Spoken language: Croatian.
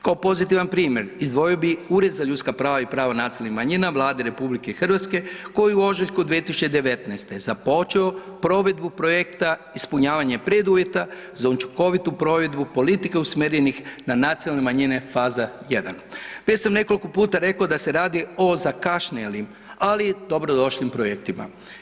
Kao pozitivan primjer izdvojio bih Ured za ljudska prava i prava nacionalnih manjina Vlade Republike Hrvatske koji je u ožujku 2019. započeo provedbu projekta ispunjavanje preduvjeta za učinkovitu provedbu politike usmjerene na nacionalne manjine, faza 1. Već sam nekoliko puta rekao da se radi o zakašnjelim, ali dobrodošlim projektima.